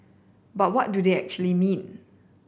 but what do they actually mean